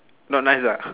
not nice ah